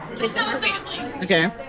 Okay